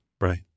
Right